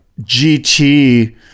gt